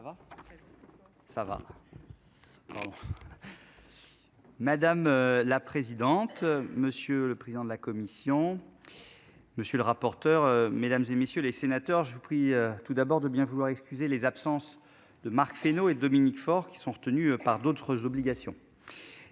Madame la présidente, monsieur le président de la commission. Monsieur le rapporteur. Mesdames, et messieurs les sénateurs. J'ai pris tout d'abord de bien vouloir excuser les absences de Marc Fesneau et Dominique Faure qui sont retenus par d'autres obligations.